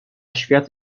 świat